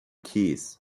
keys